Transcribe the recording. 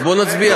אז בואו נצביע,